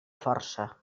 força